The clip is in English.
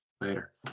Later